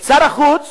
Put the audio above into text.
שר החוץ,